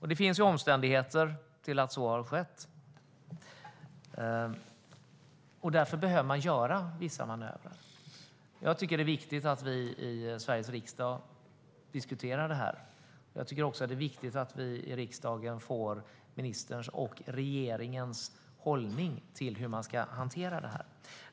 Det finns omständigheter som förklarar varför så har skett, och därför behöver man göra vissa manövrar. Jag tycker att det är viktigt att vi i Sveriges riksdag diskuterar det här. Jag tycker också att det är viktigt att vi i riksdagen får reda på ministerns och regeringens hållning inför hur man ska hantera det här.